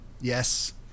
yes